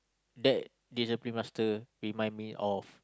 that discipline master remind me of